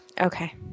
Okay